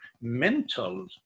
mental